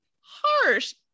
harsh